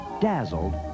dazzled